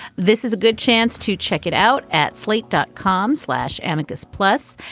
this is a good chance to check it out at slate dot com slash amicus. plus,